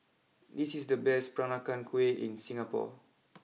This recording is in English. this is the best Peranakan Kueh in Singapore